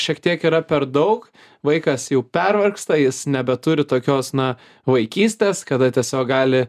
šiek tiek yra per daug vaikas jau pervargsta jis nebeturi tokios na vaikystės kada tiesiog gali